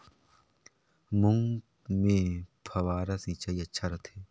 मूंग मे फव्वारा सिंचाई अच्छा रथे?